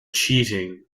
cheating